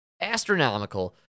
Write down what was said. astronomical